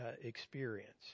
experience